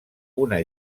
una